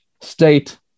state